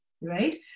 right